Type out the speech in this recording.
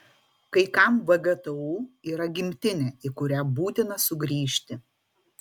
kai kam vgtu yra gimtinė į kurią būtina sugrįžti